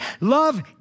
Love